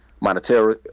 monetary